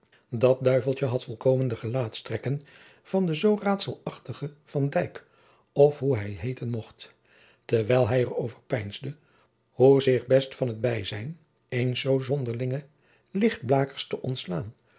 dat duiveltje had volkomen de gelaatstrekken van den zoo raadselachtigen van dijk of hoe hij heeten mocht terwijl hij er over peinsde hoe zich best van het bijzijn eens zoo zonderlingen lichtblakers te ontslaan